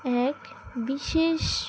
এক বিশেষ